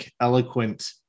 eloquent